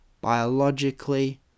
biologically